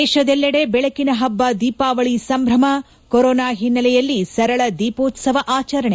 ದೇಶದೆಲ್ಲೆಡೆ ದೆಳಕಿನ ಹಬ್ಲ ದೀಪಾವಳಿ ಸಂಭ್ರಮ ಕೊರೊನಾ ಹಿನ್ನೆಲೆ ಸರಳ ದೀಪೋತ್ಸವ ಆಚರಣೆ